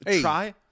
Try